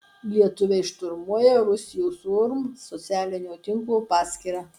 lietuviai šturmuoja rusijos urm socialinio tinklo paskyrą